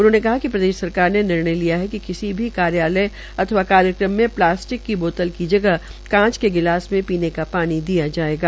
उन्होंने कहा कि प्रदेश सरकार ने निर्णय लिया है कि किसी भी कार्यालय अथवा कार्यक्रम म प्लासिटक की बोतल का जगह कांच के गलास मे पीने का पानी दिया जायेगा